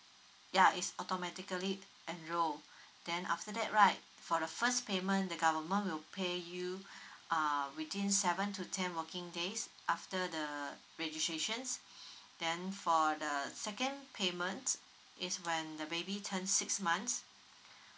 yeah it's automatically enroll then after that right for the first payment the government will pay you uh within seven to ten working days after the registrations then for the second payment is when the baby turn six months